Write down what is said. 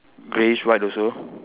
greyish white also